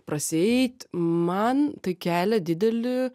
prasieit man tai kelia didelį